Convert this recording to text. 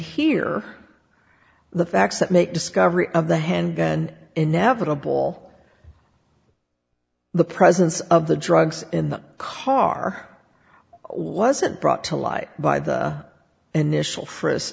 are the facts that make discovery of the hand and inevitable the presence of the drugs in the car wasn't brought to light by the initial fris